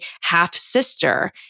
half-sister